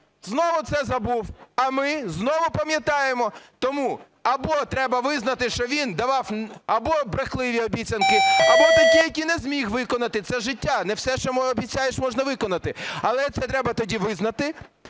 Знову це забув, а ми знову пам'ятаємо. Тому або треба визнати, що він давав або брехливі обіцянки, або такі, які не зміг виконати. Це життя, не все, що обіцяєш, можна виконати. Але це треба тоді визнати.